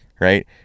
Right